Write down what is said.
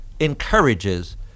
encourages